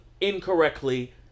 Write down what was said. incorrectly